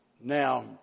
Now